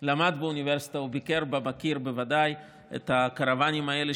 מי שלמד באוניברסיטה וביקר בה מכיר בוודאי את הקרוואנים האלה,